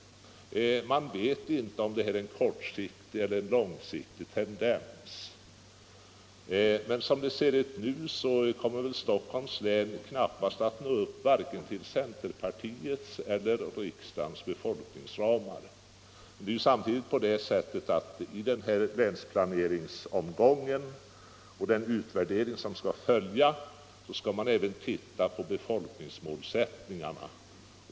Man vet inte om detta är en kortsiktig eller en långsiktig tendens. Men som det nu ser ut kommer Stockholms län knappast att nå upp till vare sig centerpartiets eller riksdagens befolkningsramar. I den här länsplaneringsomgången och under den utvärdering som skall följa skall man emellertid även se på befolkningsmålsättningarna.